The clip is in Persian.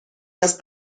است